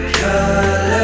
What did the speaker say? color